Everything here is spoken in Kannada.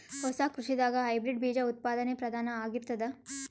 ಹೊಸ ಕೃಷಿದಾಗ ಹೈಬ್ರಿಡ್ ಬೀಜ ಉತ್ಪಾದನೆ ಪ್ರಧಾನ ಆಗಿರತದ